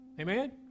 Amen